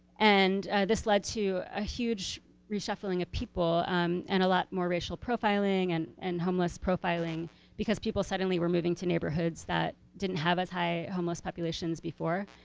and this led to a huge reshuffling of people um and a lot more racial profiling and and homeless profiling because people suddenly were moving to neighborhoods that didn't have as high homeless populations before.